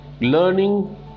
learning